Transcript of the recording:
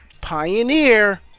Pioneer